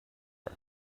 her